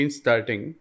starting